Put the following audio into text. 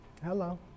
Hello